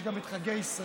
יש גם את חגי ישראל,